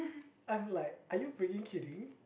I'm like are you freaking kidding